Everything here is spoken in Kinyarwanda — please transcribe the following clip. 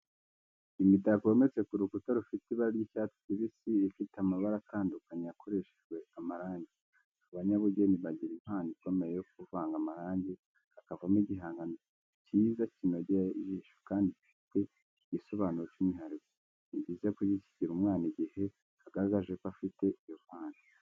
Imitako yometse ku rukuta rufite ibara ry'icyatsi kibisi, ifite amabara atandukanye yakoreshejwe amarangi, abanyabugeni bagira impano ikomeye yo kuvanga amabara akavamo igihangano cyiza kinogeye ijisho kandi gifite igisobanuro cy'umwihariko. Ni byiza gushyigikira umwana igihe agaragaje ko afite iyo mpano.